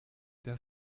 der